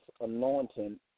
anointing